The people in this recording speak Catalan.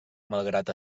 malgrat